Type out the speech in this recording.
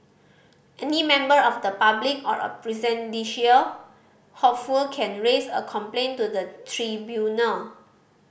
any member of the public or a presidential hopeful can raise a complaint to the tribunal